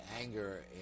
anger